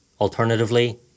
Alternatively